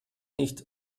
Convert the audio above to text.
nicht